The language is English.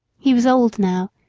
he was old now,